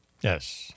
Yes